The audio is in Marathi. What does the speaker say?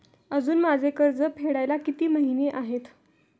अजुन माझे कर्ज फेडायला किती महिने आहेत?